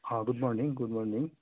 অঁ good morning good morning